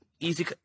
Easy